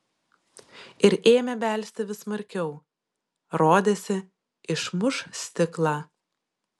ir ėmė belsti vis smarkiau rodėsi išmuš stiklą